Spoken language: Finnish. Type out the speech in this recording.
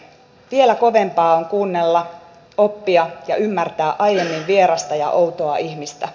vielä kovempaa on kuunnella oppia ja ymmärtää aiemmin vierasta ja outoa ihmistä